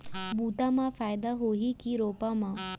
बुता म फायदा होही की रोपा म?